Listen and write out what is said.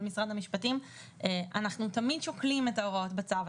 משרד המשפטים אנחנו תמיד שוקלים את ההוראות בצו.